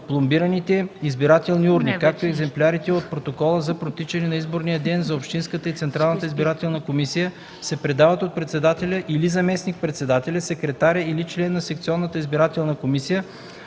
Пломбираните избирателни урни, както и екземплярите от протоколите за протичане на изборния ден за общинската и Централната избирателна комисия се предават от председателя или заместник-председателя, секретаря и член на секционната избирателна комисия,